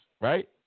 right